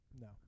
No